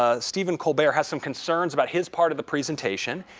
ah steven colbert has some concerns about his part of the presentation.